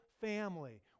family